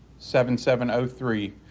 seven, seven oh three.